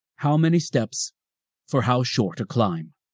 how many steps for how short a climb?